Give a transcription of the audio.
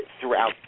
throughout